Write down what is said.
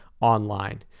online